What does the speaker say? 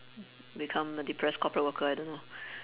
become a depressed corporate worker I don't know